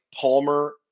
palmer